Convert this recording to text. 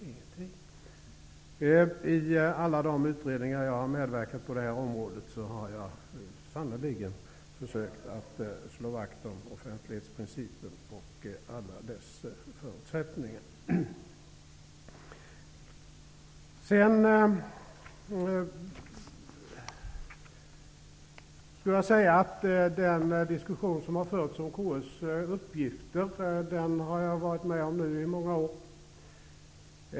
Jag har i alla de utredningar jag har medverkat i på det här området sannerligen försökt att slå vakt om offentlighetsprincipen och alla dess förutsättningar. Jag har varit med om den diskussion som nu förs om KU:s uppgifter i många år.